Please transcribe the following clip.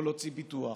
יכול להוציא ביטוח,